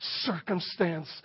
circumstance